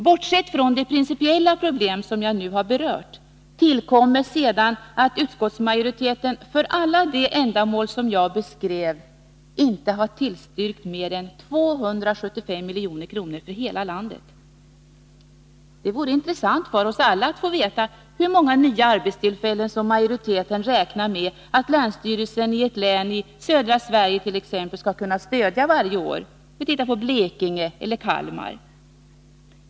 Bortsett från det principiella problem som jag nu har berört tillkommer sedan att utskottsmajoriteten för alla de ändamål som jag beskrev inte har tillstyrkt mer än 275 milj.kr. för hela landet. Det vore intressant för oss alla att få veta hur många nya arbetstillfällen som majoriteten räknar med att länsstyrelsen i t.ex. Blekinge eller Kalmar län skall kunna stödja varje år.